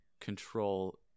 control